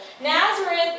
Nazareth